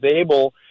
able